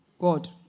God